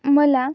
मला